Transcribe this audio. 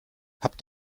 habt